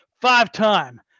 five-time